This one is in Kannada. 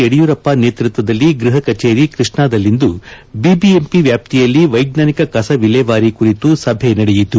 ಯಡಿಯೂರಪ್ಪ ನೇತೃತ್ವದಲ್ಲಿ ಗೃಪ ಕಚೇರಿ ಕೃಷ್ಣಾದಲ್ಲಿಂದು ಬಿಬಿಎಂಪಿ ವ್ಯಾಪ್ತಿಯಲ್ಲಿ ವೈಜ್ವಾನಿಕ ಕಸ ವಿಲೇವಾರಿ ಕುರಿತು ಸಭೆ ನಡೆಯಿತು